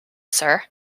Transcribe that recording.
sir